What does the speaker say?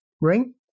ring